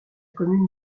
commune